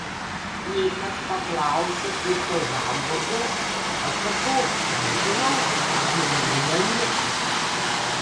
jei kas paklausia kaip tau hamburgas atsakau nežinau gyvenu namie